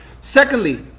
Secondly